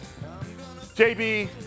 JB